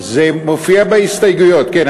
זה מופיע בהסתייגויות, כן.